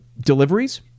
deliveries